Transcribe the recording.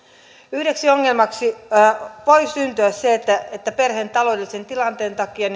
yhdeksi ongelmaksi voi syntyä se että että perheen taloudellisen tilanteen takia